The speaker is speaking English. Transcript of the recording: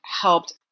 helped